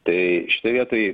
tai šitoj vietoj